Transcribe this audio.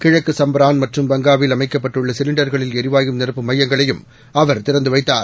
கிழக்குசம்பரான்மற்றும்பங்காவில்அமைக்கப்பட்டுள்ள சிலிண்டர்களில்எரிவாயுநிரப்பும்மையங்களையும்அவர்தி றந்துவைத்தார்